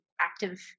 active